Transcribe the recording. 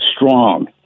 strong